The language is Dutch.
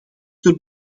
ter